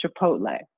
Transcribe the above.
Chipotle